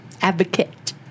Advocate